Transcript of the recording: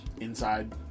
inside